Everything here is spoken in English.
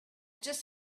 just